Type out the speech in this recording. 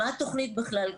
מה התוכנית בכלל?